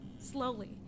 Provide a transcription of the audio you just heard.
slowly